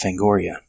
Fangoria